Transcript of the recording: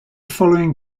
following